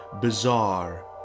bizarre